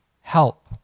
help